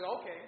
okay